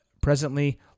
presently